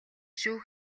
шүү